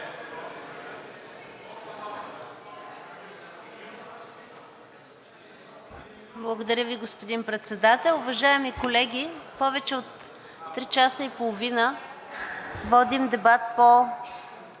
Благодаря Ви, господин Председател. Уважаеми колеги, повече от три часа и половина водим дебат по